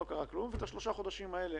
לא קרה כלום, ואת שלושת החודשים האלה